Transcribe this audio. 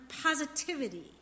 positivity